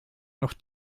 noch